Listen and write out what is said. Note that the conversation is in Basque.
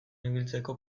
ibiltzeko